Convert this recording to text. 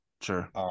Sure